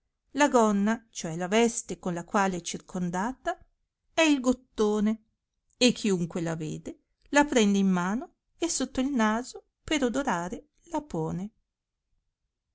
la gonna cioè la veste con la quale è circondata è il gottone e chiunque la vede la prende in mano e sotto il naso per odorare